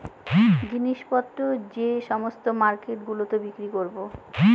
জিনিস পত্র যে সমস্ত মার্কেট গুলোতে বিক্রি করবো